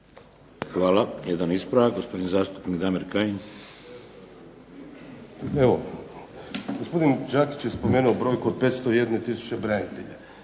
Hvala. Jedan ispravak, gospodin zastupnik Damir Kajin. **Kajin, Damir (IDS)** Evo, gospodin Đakić je spomenuo brojku od 501 tisuće branitelja.